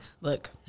look